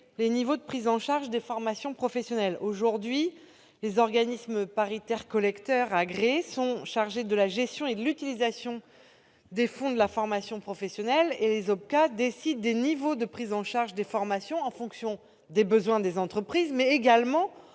les niveaux de prise en charge des formations professionnelles. Aujourd'hui, les organismes paritaires collecteurs agréés sont chargés de la gestion et de l'utilisation des fonds de la formation professionnelle et décident des niveaux de prise en charge des formations en fonction des besoins des entreprises, mais aussi